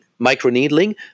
microneedling